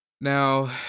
Now